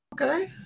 Okay